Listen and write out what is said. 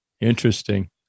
Interesting